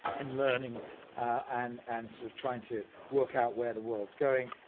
and learning and and sort of trying to work out where the world's going,